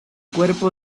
cuerpo